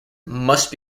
must